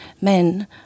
men